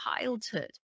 childhood